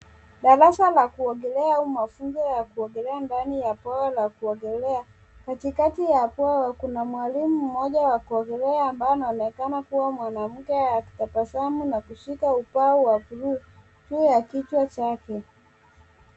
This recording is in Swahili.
Darasa la kuogelea au mafunzo ya kuogelea ndani ya bwawa la kuogelea. Katikati ya bwawa, kuna mwalimu mmoja wa kuogelea ambaye anaonekana kuwa mwanamke akitabasamu na kushika kibao cha bluu juu ya kichwa chake.